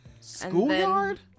schoolyard